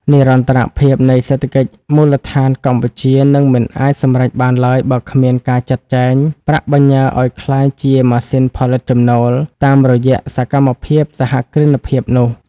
និរន្តរភាពនៃសេដ្ឋកិច្ចមូលដ្ឋានកម្ពុជានឹងមិនអាចសម្រេចបានឡើយ បើគ្មានការចាត់ចែងប្រាក់បញ្ញើឱ្យក្លាយជា "ម៉ាស៊ីនផលិតចំណូល" តាមរយៈសកម្មភាពសហគ្រិនភាពនោះ។